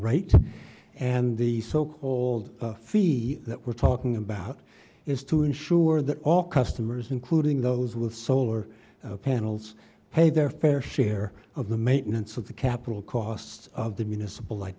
rate and the so called feel that we're talking about is to ensure that all customers including those with solar panels pay their fair share of the maintenance of the capital costs of the municipal like